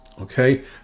Okay